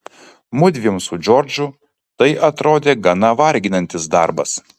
mudviem su džordžu tai atrodė gana varginantis darbas